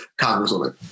congresswoman